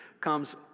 comes